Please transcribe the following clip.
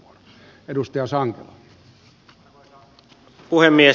arvoisa puhemies